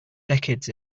decades